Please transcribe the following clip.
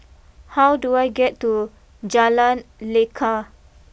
how do I get to Jalan Lekar